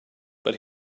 but